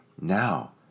Now